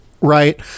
Right